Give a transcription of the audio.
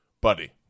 buddy